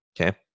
Okay